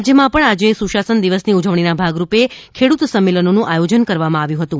રાજયમાં પણ આજે સુશાસન દિવસની ઉજવણીના ભાગરૂપે ખેડૂત સંમેલનોનુ આયોજન કરવામાં આવ્યુ હતુ